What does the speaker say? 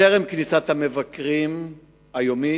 טרם כניסת המבקרים היומית,